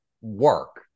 work